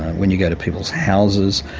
when you go to people's houses,